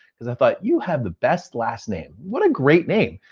because i thought, you had the best last name. what a great name.